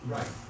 Right